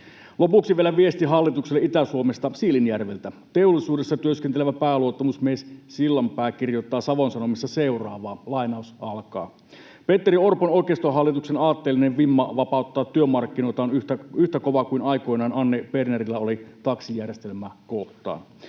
Lopuksi vielä viesti hallitukselle Itä-Suomesta Siilinjärveltä. Teollisuudessa työskentelevä pääluottamusmies Sillanpää kirjoittaa Savon Sanomissa seuraavaa: ”Petteri Orpon oikeistohallituksen aatteellinen vimma vapauttaa työmarkkinoita on yhtä kova kuin aikoinaan Anne Bernerillä oli taksijärjestelmää kohtaan.